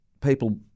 people